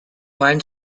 mind